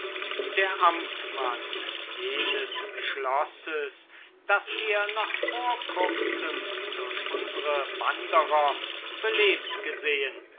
der amtmann jenes schlosses das wir noch vor kurzem durch unsere wanderer belebt gesehen